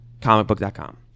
comicbook.com